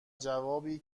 جوابی